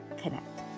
connect